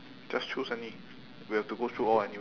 just choose any we have to go through all anyway